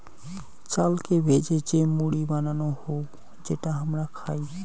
চালকে ভেজে যে মুড়ি বানানো হউ যেটা হামরা খাই